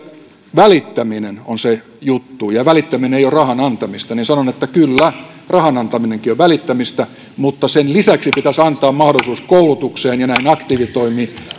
välittäminen on se juttu ja välittäminen ei ole rahan antamista niin sanon että kyllä rahan antaminenkin on välittämistä mutta sen lisäksi pitäisi antaa mahdollisuus koulutukseen ja näihin aktiivitoimiin